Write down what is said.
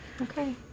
okay